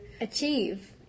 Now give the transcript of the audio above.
achieve